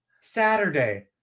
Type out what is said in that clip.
Saturday